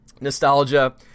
Nostalgia